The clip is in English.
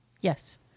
Yes